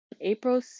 April